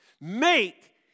make